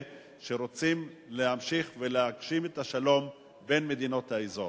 שרוצים להמשיך ולהגשים את השלום בין מדינות האזור.